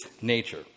nature